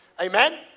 Amen